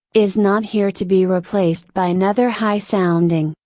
is not here to be replaced by another high sounding,